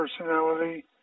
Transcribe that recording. personality